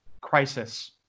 crisis